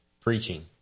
preaching